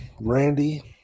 Randy